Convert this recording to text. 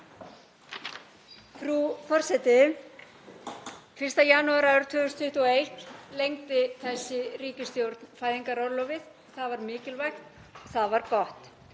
Frú forseti. 1. janúar árið 2021 lengdi þessi ríkisstjórn fæðingarorlofið. Það var mikilvægt. Það var gott.